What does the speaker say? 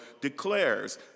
declares